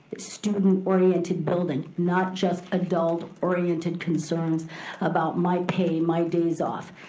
student-oriented building, not just adult-oriented concerns about my pay, my days off.